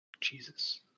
Jesus